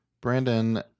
Brandon